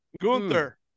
gunther